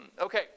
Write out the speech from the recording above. Okay